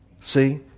See